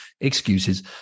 excuses